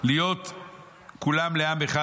להיות כולם לעם אחד.